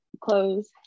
clothes